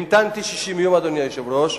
המתנתי 60 יום, אדוני היושב-ראש,